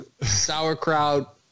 sauerkraut